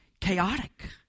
chaotic